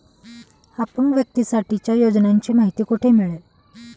अपंग व्यक्तीसाठीच्या योजनांची माहिती कुठे मिळेल?